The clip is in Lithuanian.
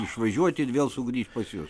išvažiuoti ir vėl sugrįšt pas jus